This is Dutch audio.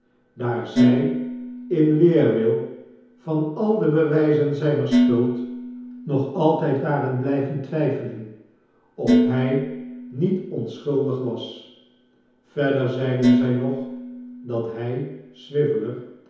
daar zij in weerwil van al de bewijzen zijner schuld nog altijd waren blijven twijfelen of hij niet onschuldig was verder zeiden zij nog dat hij